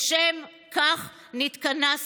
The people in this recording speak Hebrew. לשם כך נתכנסנו.